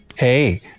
Hey